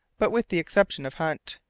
but with the exception of hunt.